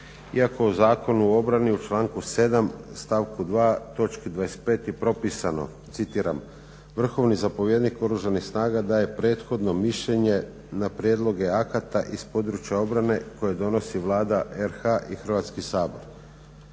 iako u Zakonu o obrani u članku 7. stavku 2. točki 25. je propisano, citiram: "Vrhovni zapovjednik Oružanih snaga daje prethodno mišljenje na prijedloge akata iz područja obrane koje donosi Vlada RH i Hrvatski sabor."